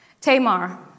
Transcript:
Tamar